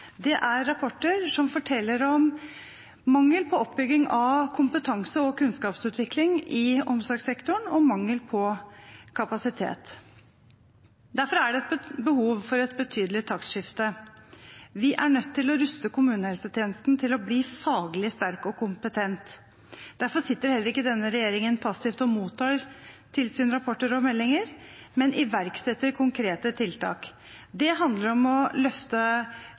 Det er rapporter som forteller om mangel på oppbygging av kompetanse og kunnskapsutvikling i omsorgssektoren og mangel på kapasitet. Derfor er det behov for et betydelig taktskifte. Vi er nødt til å ruste kommunehelsetjenesten til å bli faglig sterk og kompetent. Derfor sitter heller ikke denne regjeringen passivt og mottar tilsynsrapporter og meldinger, men iverksetter konkrete tiltak. Det handler om å løfte